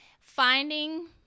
finding